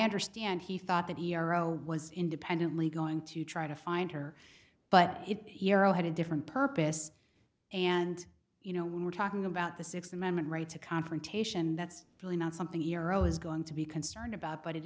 understand he thought that erode was independently going to try to find her but it had a different purpose and you know we're talking about the sixth amendment right to confrontation that's really not something you're always going to be concerned about but it